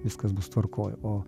viskas bus tvarkoj o